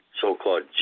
so-called